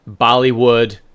Bollywood